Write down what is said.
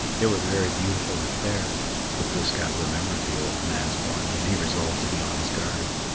they were very beautiful and fair but glooskap remembered the old man's warning and he resolved to be on his guard.